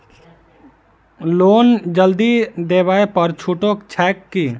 Loan जल्दी देबै पर छुटो छैक की?